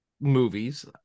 movies